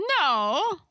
No